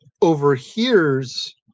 overhears